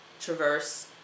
traverse